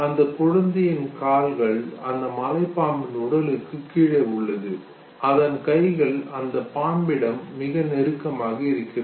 அந்த குழந்தையின் கால்கள் அந்த மலைப்பாம்பின் உடலுக்கு கீழே உள்ளது அதன் கைகள் அந்தப் பாம்பிடம் நெருக்கமாக இருக்கிறது